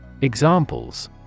Examples